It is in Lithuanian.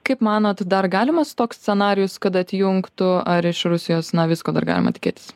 kaip manot dar galimas toks scenarijus kad atjungtų ar iš rusijos na visko dar galima tikėtis